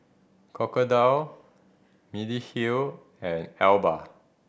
Crocodile Mediheal and Alba